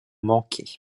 manqué